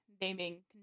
naming